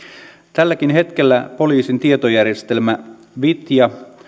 tälläkin hetkellä poliisin tietojärjestelmä vitja